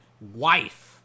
Wife